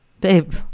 Babe